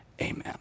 amen